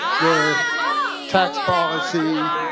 their tax policy,